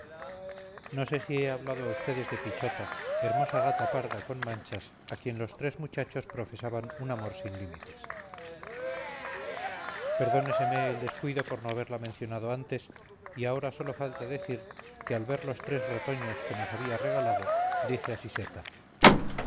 no sé si he hablado a ustedes de pichota hermosa gata parda con manchas a quien los tres muchachos profesaban un amor sin límites perdóneseme el descuido por no haberla mencionado antes y ahora sólo falta decir que al ver los tres retoños que nos había regalado dije a siseta